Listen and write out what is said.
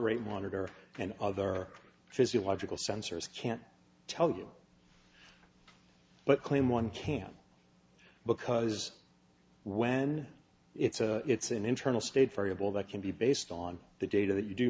rate monitor and other physiological sensors can't tell you but claim one can because when it's a it's an internal state variable that can be based on the data that you do